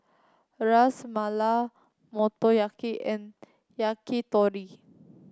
Ras Malai Motoyaki and Yakitori